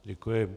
Děkuji.